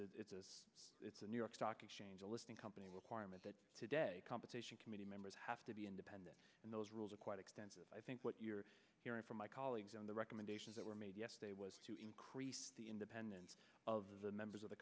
fact it's a it's a new york stock exchange listing company requirement that today compensation committee members have to be independent and those rules are quite extensive i think what you're hearing from my colleagues on the recommendations that were made yesterday was to increase the independence of the members of the